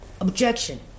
Objection